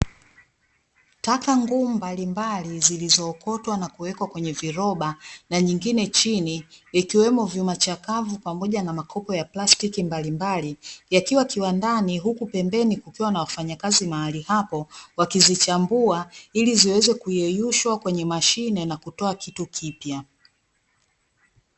Taka ngumu mbalimbali zilizookotwa na kuwekwa kwenye viroba, na nyingine chini ikiwemo vyuma chakavu pamoja na makopo ya plastiki mbalimbali, yakiwa kiwandani, huku pembeni kukiwa na wafanyakazi mahali hapo, wakizichambua ili ziweze kuyeyushwa kwenye mashine na kutoa kitu kipya.